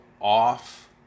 off